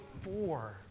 four